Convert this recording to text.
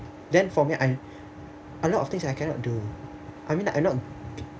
then for me I a lot of things I can not do I mean I'm not